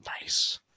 Nice